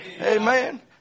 Amen